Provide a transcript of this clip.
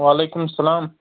وَعلیکُم سَلام